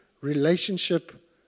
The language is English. relationship